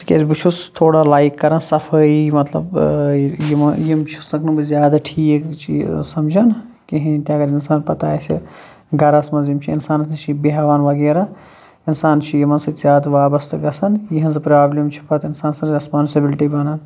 تِکیٛازِ بہٕ چھُس تھوڑا لایِک کران صفٲیی مطلب یِمہٕ یِم چھُسَکھ نہٕ بہٕ زیادٕ ٹھیٖک چیٖز سَمجَن کِہیٖنۍ تہِ اگر اِنسان پَتہٕ آسہِ گَرَس منٛز یِم چھِ اِنسانَس نِشی بیٚہوان وغیرہ اِنسان چھِ یِمَن سۭتۍ زیادٕ وابستہٕ گژھان یِہٕنٛزٕ پرٛابلِم چھِ پَتہٕ اِنسان سٕنٛز رٮ۪سپانسٕبِلٹی بنان